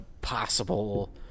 possible